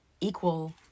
equal